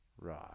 Right